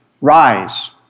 Rise